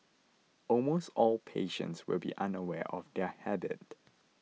almost all patients will be unaware of their habit